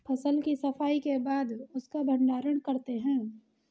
फसल की सफाई के बाद उसका भण्डारण करते हैं